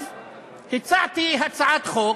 אז הצעתי הצעת חוק.